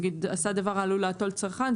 נגיד: "עשה דבר העלול להטעות צרכן".